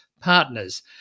partners